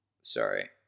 Sorry